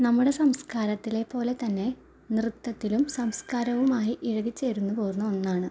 നമ്മുടെ സംസ്കാരത്തിലെ പോലെ തന്നെ നൃത്തത്തിലും സംസ്കാരവുമായി ഇഴകി ചേർന്ന് പോകുന്ന ഒന്നാണ്